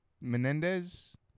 Menendez